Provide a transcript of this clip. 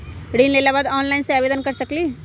ऋण लेवे ला ऑनलाइन से आवेदन कर सकली?